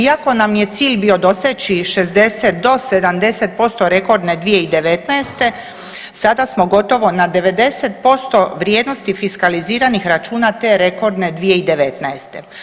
Iako nam je cilj bio doseći 60 do 70% rekordne 2019. sada smo gotovo na 90% vrijednosti fiskaliziranih računa te rekordne 2019.